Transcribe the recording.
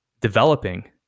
developing